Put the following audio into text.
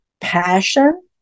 passion